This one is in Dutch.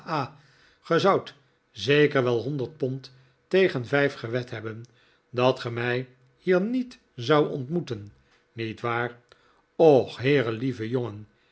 zeker wel honderd pond tegen vijf gewed hebben dat ge mij hier niet zoudt ontmoeten niet waar och heere lieve jongen